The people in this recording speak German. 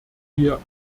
wir